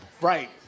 Right